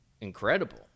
incredible